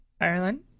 Ireland